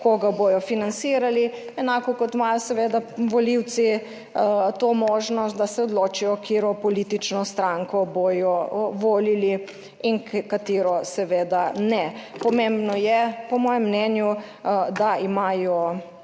koga bodo financirali. Enako kot imajo seveda volivci to možnost, da se odločijo, katero politično stranko bodo volili in katero seveda ne. Pomembno je, po mojem mnenju, da imajo